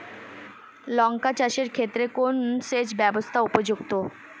লঙ্কা চাষের ক্ষেত্রে কোন সেচব্যবস্থা উপযুক্ত?